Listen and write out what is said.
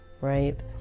right